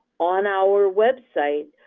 on our website,